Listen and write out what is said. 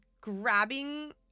grabbing